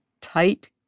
tight